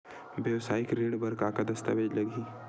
वेवसायिक ऋण बर का का दस्तावेज लगही?